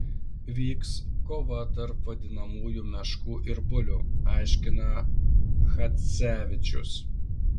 vyks kova tarp vadinamųjų meškų ir bulių aiškina chadzevičius